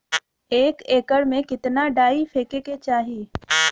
एक एकड़ में कितना डाई फेके के चाही?